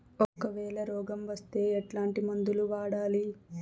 ఒకవేల రోగం వస్తే ఎట్లాంటి మందులు వాడాలి?